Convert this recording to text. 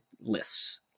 lists